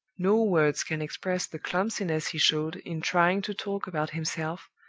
no words can express the clumsiness he showed in trying to talk about himself,